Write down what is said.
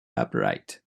upright